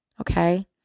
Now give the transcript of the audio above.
okay